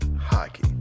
hockey